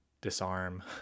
disarm